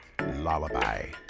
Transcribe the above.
Lullaby